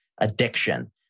addiction